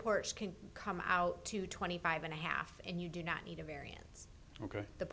porch can come out to twenty five and a half and you do not need a variance ok the